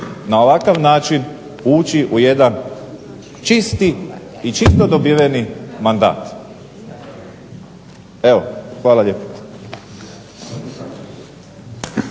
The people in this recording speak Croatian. na ovakav način ući u jedan čisti i čisto dobiveni mandat. Evo, hvala lijepa.